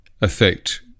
affect